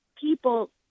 people